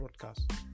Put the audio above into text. podcast